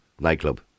Nightclub